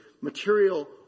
material